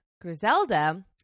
griselda